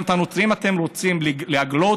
גם את הנוצרים אתם רוצים להגלות?